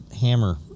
Hammer